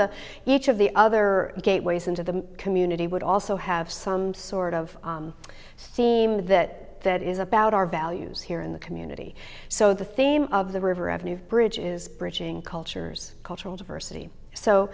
the each of the other gateways into the community would also have some sort of theme that is about our values here in the community so the theme of the river avenue bridge is bridging cultures cultural diversity so